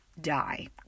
die